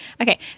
Okay